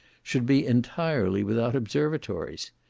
should be entirely without observatories.